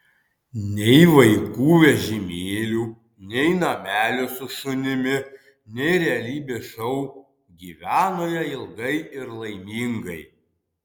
nei vaikų vežimėlių nei namelio su šunimi nei realybės šou gyveno jie ilgai ir laimingai